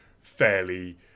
fairly